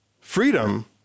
Freedom